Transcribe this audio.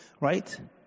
right